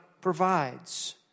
provides